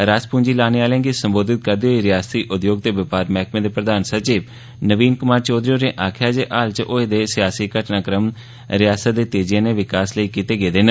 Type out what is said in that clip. रास पूंजी लाने आहलें गी संबोधित करदे होई रिआसती उद्योग ते बपार मैह्कमे दे प्रधान सचिव नवीन क्मार चौधरी होरें आखेआ जे हाल च होए दे सियासी घटनाक्रम रिआसता दे तेजिआश्नै विकास लेई कीते गे न